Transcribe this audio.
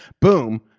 Boom